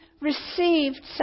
received